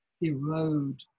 erode